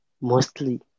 mostly